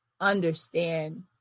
understand